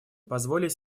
позволить